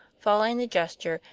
following the gesture,